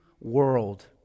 world